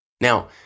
Now